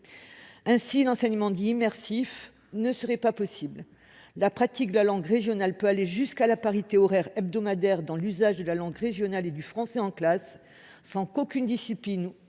Ainsi, l'enseignement dit « immersif » ne serait pas possible. La pratique de la langue régionale peut aller jusqu'à la parité horaire hebdomadaire dans l'usage de la langue régionale et du français en classe, sans qu'aucun domaine